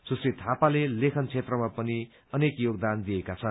सुश्री थापाले लेखन क्षेत्रमा पनि अनेक योगदान दिएका छन्